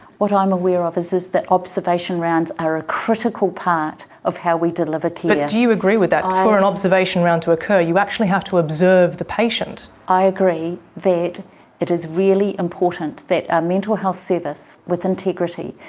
what i'm aware of is is that observation rounds are a critical part of how we deliver care. but do you agree with that, for an observation round to occur you actually have to observe the patient? i agree that it is really important that a mental health service with integrity,